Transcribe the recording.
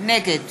נגד